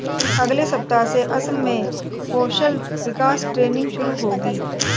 अगले सप्ताह से असम में कौशल विकास ट्रेनिंग शुरू होगी